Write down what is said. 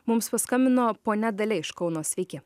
mums paskambino ponia dalia iš kauno sveiki